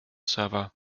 server